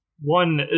one